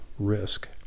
risk